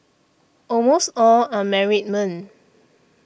almost all are married men